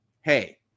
Hey